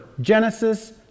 Genesis